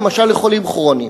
למשל לחולים כרוניים.